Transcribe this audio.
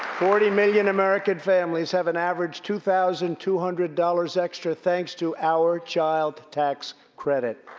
forty million american families have an average two thousand two hundred dollars extra thanks to our child tax credit.